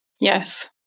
Yes